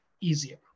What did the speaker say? easier